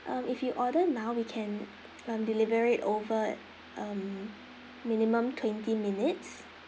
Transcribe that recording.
um if you order now we can um deliver it over um minimum twenty minutes